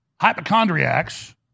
hypochondriacs